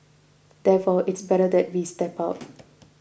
therefore it's better that we step out